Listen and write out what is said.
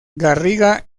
garriga